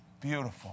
beautiful